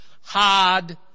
Hard